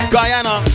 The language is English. Guyana